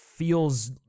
feels